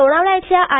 लोणावळा इथल्या आय